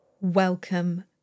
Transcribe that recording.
Welcome